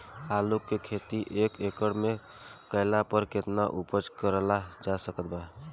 आलू के खेती एक एकड़ मे कैला पर केतना उपज कराल जा सकत बा?